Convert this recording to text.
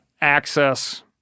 access